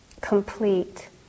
complete